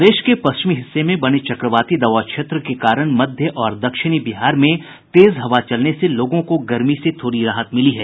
प्रदेश के पश्चिमी हिस्से में बने चक्रवाती दबाव क्षेत्र के कारण मध्य और दक्षिणी बिहार में तेज हवा चलने से लोगों को गर्मी से थोड़ी राहत मिली है